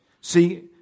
See